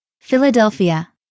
Philadelphia